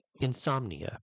Insomnia